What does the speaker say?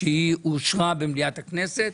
שהיא אושרה במליאת הכנסת,